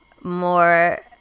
more